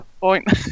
Point